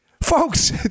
Folks